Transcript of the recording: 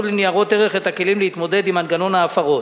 לניירות ערך הכלים להתמודד עם מגוון ההפרות.